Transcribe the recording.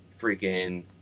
freaking